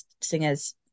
singers